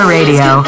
Radio